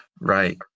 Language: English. Right